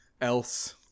else